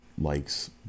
likes